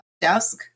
desk